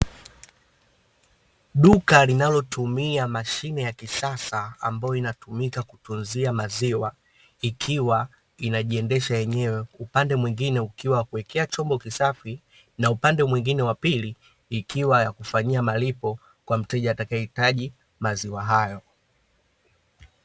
Duka linalotumia mashine ya kisasa ambayo inatumika kutunzia maziwa ikiwa inajiendesha yenyewe. Upande mwingine ukiwa wa kuwekea chombo kisafi na upande mwingine wa pili ikiwa ya kufanyia malipo kwa mteja atakayehitaji maziwa hayo.